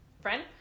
Friend